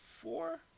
four